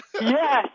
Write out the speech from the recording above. yes